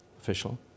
official